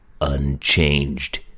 unchanged